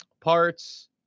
parts